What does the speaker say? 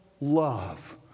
love